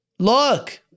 Look